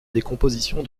décomposition